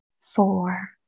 four